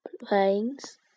planes